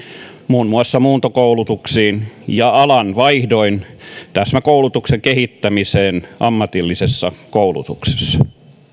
muun muassa muuntokoulutuksiin ja alanvaihdon täsmäkoulutuksen kehittämiseen ammatillisessa koulutuksessa